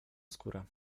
skórę